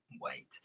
wait